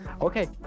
Okay